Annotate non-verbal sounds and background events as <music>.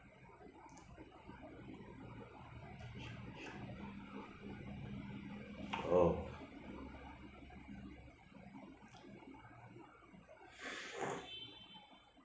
oh <noise>